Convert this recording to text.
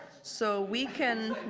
so we can